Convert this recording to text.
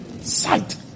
Sight